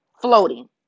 floating